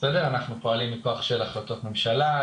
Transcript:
אנחנו פועלים מכוח של החלטות ממשלה,